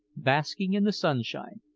basking in the sunshine,